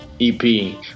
EP